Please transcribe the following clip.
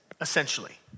essentially